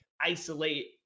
isolate